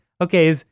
okay